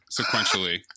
sequentially